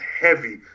heavy